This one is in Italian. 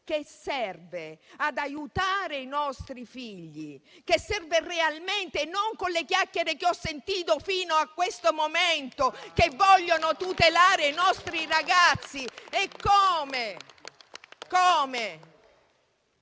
ma serve ad aiutare i nostri figli realmente, non come le chiacchiere che ho sentito fino a questo momento, che vogliono tutelare i nostri ragazzi.